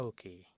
Okay